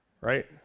Right